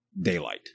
daylight